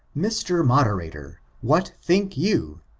mr. moderator, what think you?